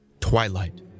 Twilight